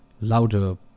louder